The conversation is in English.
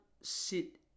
sit